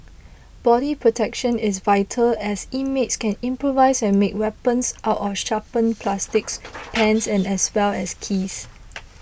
body protection is vital as inmates can improvise and make weapons out of sharpened plastics pens as well as keys